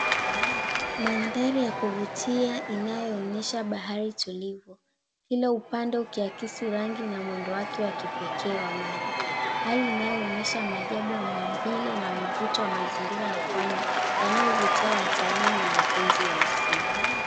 Mandhari ya kuvutia inayoonyesha bahari tulivu kila upande ukiakisi rangi na mwendo wake wa kipekee wa maji. Hali inayoonyesha maajabu ya maumbile na mvuto wa mazingira ya pwani yanayovutia watalii na wapenzi wa asili.